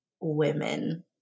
women